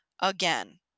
again